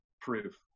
proof